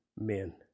men